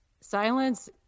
silence